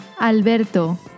Alberto